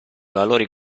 valori